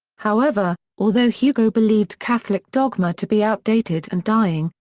however, although hugo believed catholic dogma to be outdated and dying,